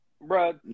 Bro